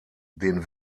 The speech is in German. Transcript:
den